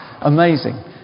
Amazing